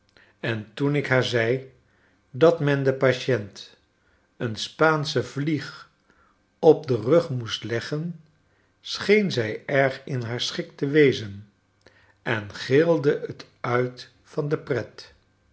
en toen ik haar zei dat men de patient een spaansche vlieg op den rug moest leggen scheen zij erg in haar schik te wezen en gilde het uit van de pret